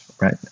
right